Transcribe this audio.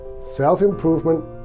self-improvement